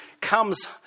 comes